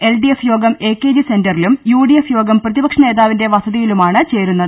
L D F യോഗം A K G സെന്ററിലും UDF യോഗം പ്രതിപക്ഷനേതാവിന്റെ വസതിയിലുമാണ് ചേരുന്നത്